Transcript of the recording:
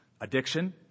addiction